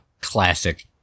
classic